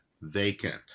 vacant